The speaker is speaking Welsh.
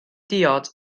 diod